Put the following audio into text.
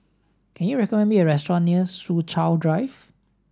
can you recommend me a restaurant near Soo Chow Drive